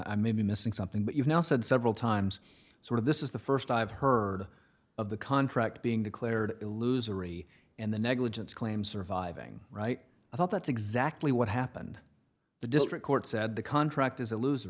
i may be missing something but you've now said several times sort of this is the first i've heard of the contract being declared a loser e and the negligence claim surviving right i thought that's exactly what happened the district court said the contract